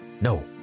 no